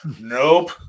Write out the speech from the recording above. nope